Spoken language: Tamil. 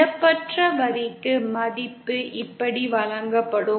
இழப்பற்ற வரிக்கு மதிப்பு இப்படி வழங்கப்படும்